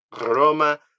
Roma